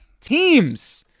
Teams